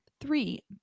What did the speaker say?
three